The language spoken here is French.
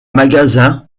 magasin